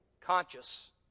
Conscious